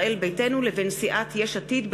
ישראל ביתנו לבין סיעת יש עתיד,